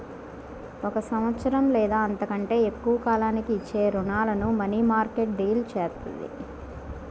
ఒక సంవత్సరం లేదా అంతకంటే తక్కువ కాలానికి ఇచ్చే రుణాలను మనీమార్కెట్ డీల్ చేత్తది